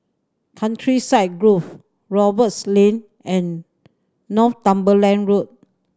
Countryside Grove Roberts Lane and Northumberland Road